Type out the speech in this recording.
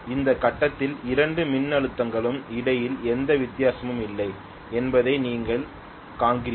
இந்த கட்டத்தில் இரண்டு மின்னழுத்தங்களுக்கும் இடையில் எந்த வித்தியாசமும் இல்லை என்பதை நீங்கள் காண்கிறீர்கள்